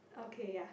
okay ya